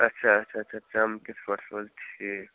اَچھا اَچھا اَچھا ژم کِتھٕ پٲٹھۍ روزِ ٹھیٖک